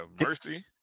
mercy